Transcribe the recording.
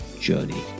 journey